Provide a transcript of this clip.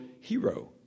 hero